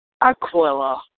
Aquila